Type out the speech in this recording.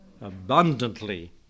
abundantly